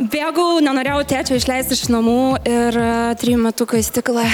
bėgau nenorėjau tėčio išleisti iš namų ir trijų metukų į stiklą